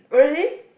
really